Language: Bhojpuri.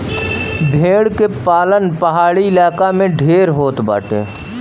भेड़ के पालन पहाड़ी इलाका में ढेर होत बाटे